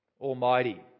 Almighty